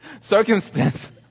circumstance